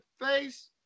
face